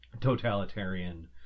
totalitarian